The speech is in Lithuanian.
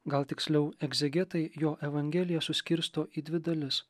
gal tiksliau egzegetai jo evangeliją suskirsto į dvi dalis